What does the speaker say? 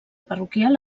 parroquial